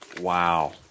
Wow